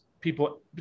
people